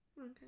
Okay